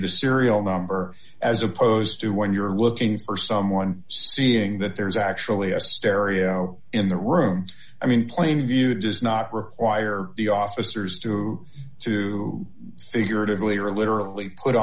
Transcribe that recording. the serial number as opposed to when you're looking for someone seeing that there's actually a stereo in the room i mean plain view does not require the officers to to figuratively or literally put